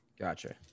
Gotcha